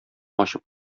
ачып